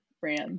brands